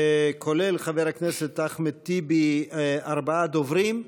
כולל חבר הכנסת אחמד טיבי, ארבעה דוברים.